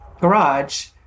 garage